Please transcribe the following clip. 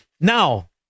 now